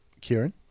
Kieran